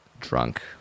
drunk